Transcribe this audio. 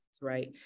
right